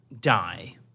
die